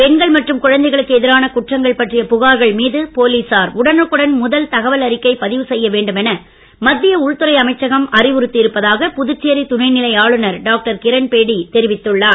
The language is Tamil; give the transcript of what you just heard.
பெண்கள் மற்றும் குழந்தைகளுக்கு எதிரான குற்றங்கள் பற்றிய புகார்கள் மீது போலீசார் உடனுக்குடன் முதல் தகவல் அறிக்கை பதிவு செய்ய வேண்டும் என மத்திய உள்துறை அமைச்சகம் அறிவுறுத்தி இருப்பதாக புதுச்சேரி துணைநிலை ஆளுநர் டாக்டர் கிரண்பேடி தெரிவித்துள்ளார்